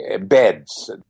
beds